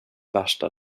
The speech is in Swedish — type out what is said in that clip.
värsta